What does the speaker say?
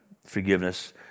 forgiveness